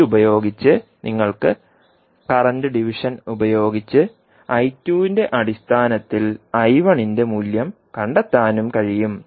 ഇത് ഉപയോഗിച്ച് നിങ്ങൾക്ക് കറന്റ് ഡിവിഷൻ ഉപയോഗിച്ച് ന്റെ അടിസ്ഥാനത്തിൽ ന്റെ മൂല്യം കണ്ടെത്താനും കഴിയും